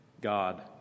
God